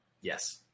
Yes